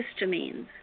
histamines